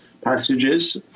passages